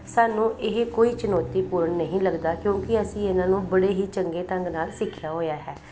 ਸਾਨੂੰ ਇਹ ਕੋਈ ਚੁਣੌਤੀਪੂਰਨ ਨਹੀਂ ਲੱਗਦਾ ਕਿਉਂਕਿ ਅਸੀਂ ਇਹਨਾਂ ਨੂੰ ਬੜੇ ਹੀ ਚੰਗੇ ਢੰਗ ਨਾਲ ਸਿੱਖਿਆ ਹੋਇਆ ਹੈ